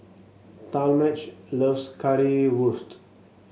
Talmage loves Currywurst